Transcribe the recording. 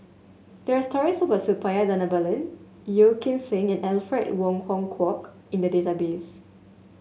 there're stories Suppiah Bhanabalan Yeo Kim Seng and Alfred Wong Hong Kwok in the database